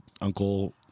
uncle